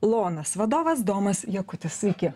lonas vadovas domas jakutis sveiki